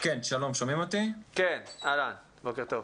שלום לכולם.